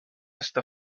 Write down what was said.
esta